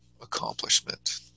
accomplishment